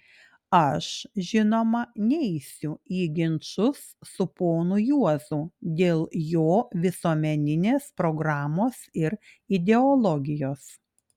aš žinoma neisiu į ginčus su ponu juozu dėl jo visuomeninės programos ir ideologijos